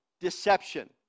deception